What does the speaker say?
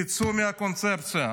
תצאו מהקונספציה.